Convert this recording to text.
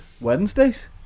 Wednesdays